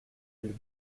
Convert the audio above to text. elle